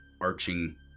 arching